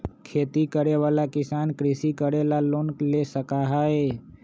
खेती करे वाला किसान कृषि करे ला लोन ले सका हई